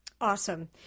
Awesome